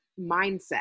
mindset